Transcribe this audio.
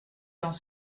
dans